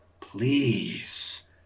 Please